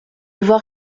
voir